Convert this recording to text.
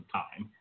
time